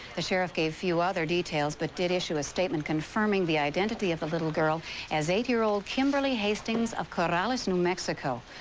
the sheriff gave few other details but did issue a statement confirming the identity of the girl as eight-year-old kimberly hastings of corrales, new mexico.